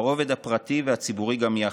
ברובד הפרטי והציבורי גם יחד.